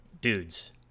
dudes